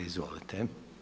Izvolite.